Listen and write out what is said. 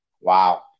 Wow